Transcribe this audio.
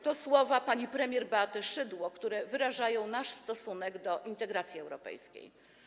To słowa pani premier Beaty Szydło, które wyrażają nasz stosunek do integracji europejskiej.